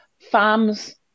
Farms